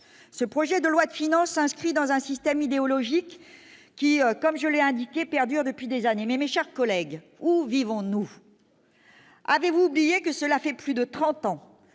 ce projet de loi de finances s'inscrit dans un système idéologique qui, comme je l'ai indiqué perdure depuis des années, mais mes chers collègues, où vivons-nous. Avez-vous bien que cela fait plus de 30 ans